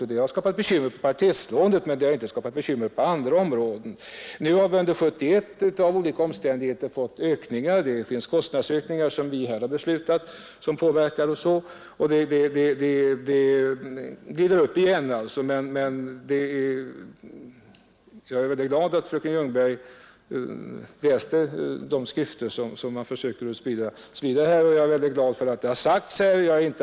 Detta har skapat bekymmer för paritetslånen, men det har inte skapat bekymmer på andra områden. Nu har vi under 1971 av olika omständigheter fått ökningar. Vissa kostnadsökningar som vi här i riksdagen fattat beslut om påverkar förhållandena, och kostnaderna glider alltså upp igen. Men jag är glad att fröken Ljungberg läste ur de skrifter som man försöker sprida och att detta har sagts ut här.